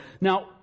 Now